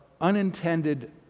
unintended